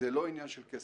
זה לא עניין של כסף.